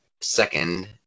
second